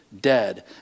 dead